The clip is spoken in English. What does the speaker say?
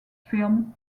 film